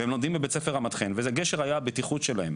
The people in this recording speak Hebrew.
והם לומדים בבית ספר רמת-חן וזה היה גשר הבטיחות שלהם,